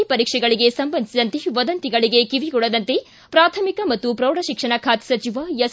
C ಪರೀಕ್ಷೆಗಳಿಗೆ ಸಂಬಂಧಿಸಿದಂತೆ ವದಂತಿಗಳಿಗೆ ಕಿವಿಗೊಡದಂತೆ ಪ್ರಾಥಮಿಕ ಮತ್ತು ಪ್ರೌಢ ಶಿಕ್ಷಣ ಖಾತೆ ಸಚಿವ ಎಸ್